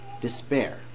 despair